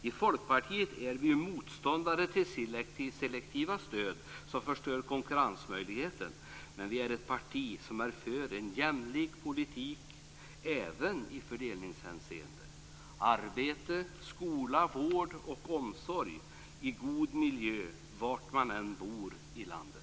I Folkpartiet är vi motståndare till selektiva stöd som förstör konkurrensmöjligheten, men vi är ett parti som är för en jämlik politik även i fördelningshänseende. Vi vill att det skall finnas arbete, skola, vård och omsorg i god miljö var man än bor i landet.